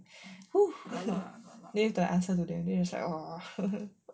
then you have to answer to them then just like orh